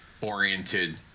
oriented